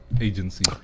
agency